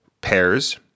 pairs